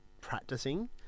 practicing